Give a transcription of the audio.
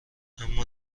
اما